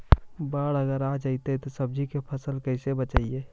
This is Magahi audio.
बाढ़ अगर आ जैतै त सब्जी के फ़सल के कैसे बचइबै?